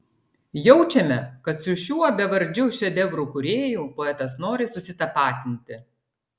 jaučiame kad su šiuo bevardžiu šedevrų kūrėju poetas nori susitapatinti